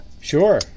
Sure